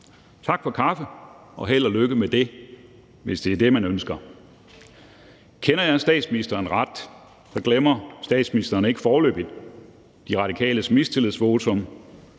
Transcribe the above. Tak for kaffe, og held og lykke med det – hvis det er det, man ønsker. Kender jeg statsministeren ret, glemmer statsministeren ikke foreløbig De Radikales mistillidsvotum,